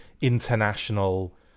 international